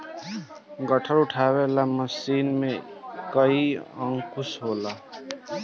गट्ठर उठावे वाला मशीन में कईठे अंकुशा होला